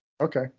Okay